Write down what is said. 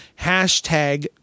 Hashtag